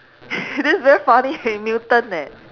that's very funny eh mutant eh